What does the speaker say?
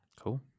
Cool